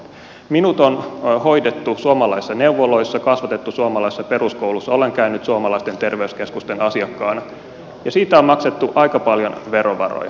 minut on hoidettu suomalaisissa neuvoloissa kasvatettu suomalaisessa peruskoulussa olen käynyt suomalaisten terveyskeskusten asiakkaana ja siitä on maksettu aika paljon verovaroja